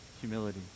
humility